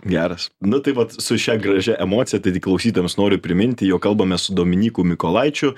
geras nu tai vat su šia gražia emocija tai tik klausytojams noriu priminti jog kalbamės su dominyku mykolaičiu